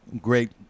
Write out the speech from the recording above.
Great